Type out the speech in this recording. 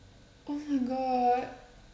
oh my god